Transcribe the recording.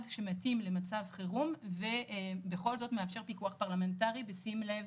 שמתאים למצב חירום ובכל זאת מאפשר פיקוח פרלמנטרי בשים לב